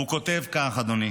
והוא כותב כך, אדוני: